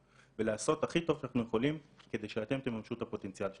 ולעשות הכי טוב שאנחנו יכולים כדי שאתם תממשו את הפוטנציאל שלכם.